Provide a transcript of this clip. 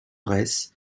retz